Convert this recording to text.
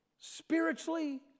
spiritually